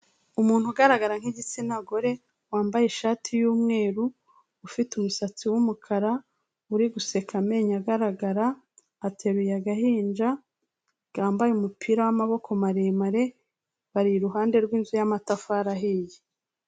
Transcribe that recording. Umuntu ugaragara nk'igitsina gore wambaye ishati y'umweru, ufite umusatsi w'umukara, uri guseka amenyo agaragara, ateruye agahinja kambaye umupira w'amaboko maremare, bari iruhande rw'inzu y'amatafari ahiye.